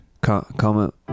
Comment